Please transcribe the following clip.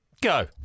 Go